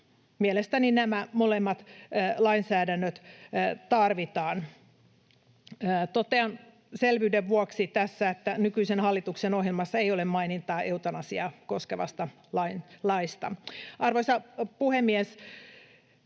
Mielestäni nämä molemmat lainsäädännöt tarvitaan. Totean selvyyden vuoksi tässä, että nykyisen hallituksen ohjelmassa ei ole mainintaa eutanasiaa koskevasta laista. Arvoisa puhemies!